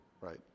right